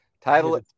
Title